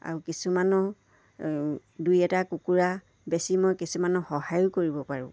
আৰু কিছুমানৰ দুই এটা কুকুৰা বেছি মই কিছুমানৰ সহায়ো কৰিব পাৰোঁ